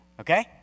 Okay